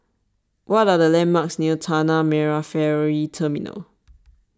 what are the landmarks near Tanah Merah Ferry Terminal